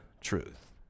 truth